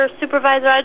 supervisor